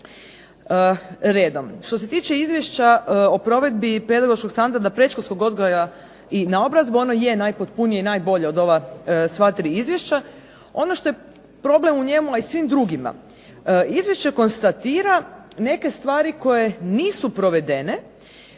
Redom, što se tiče Izvješća o provedbi pedagoškog standarda predškolskog odgoja i naobrazbu ono je najpotpunije i najbolje od ova sva 3 izvješća. Ono što je problem u njemu, a i svim drugima, izvješće konstatira neke stvari koje nisu provedene,a